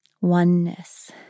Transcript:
Oneness